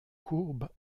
courbe